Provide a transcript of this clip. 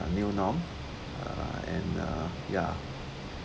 until now uh and uh ya